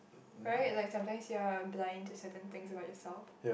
right like some times you're blind to certain things about yourself